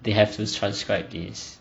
they have to transcribe this